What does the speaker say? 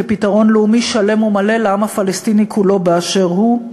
כפתרון לאומי שלם ומלא לעם הפלסטיני כולו באשר הוא.